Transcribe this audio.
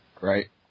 Right